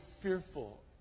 fearful